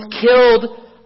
killed